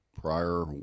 prior